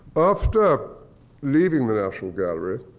after leaving the national gallery,